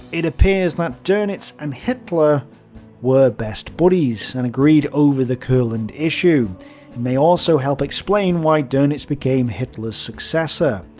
it appears that donitz and hitler were best buddies, and agreed over the courland issue. it may also help explain why donitz became hitler's successor.